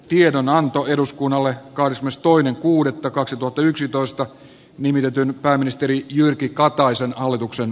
tiedonanto eduskunnalle kallis myös toinen kuudetta kaksituhattayksitoista nimitetyn pääministeri jyrki kataisen hallituksen